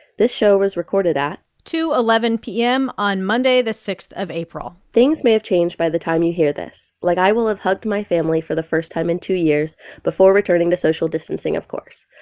this show was recorded at. two eleven p m. on monday, the six of april things may have changed by the time you hear this, like i will have hugged my family for the first time in two years before returning to social distancing, of course.